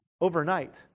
overnight